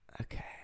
Okay